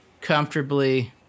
comfortably